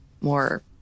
more